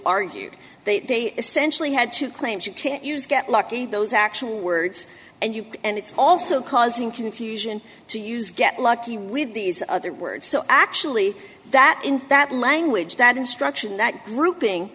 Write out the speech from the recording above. argued they essentially had two claims you can't use get lucky those actual words and you and it's also causing confusion to use get lucky with these other words so actually that in that language that instruction that grouping